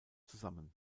zusammen